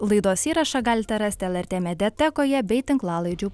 laidos įrašą galite rasti lrt mediatekoje bei tinklalaidžių